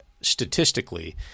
statistically